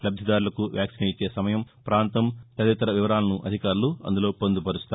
లబ్లిదారులకు vaccine ఇచ్చే సమయం పాంతం తదితర వివరాలను అధికారులు అందులో పొందుపరుస్తారు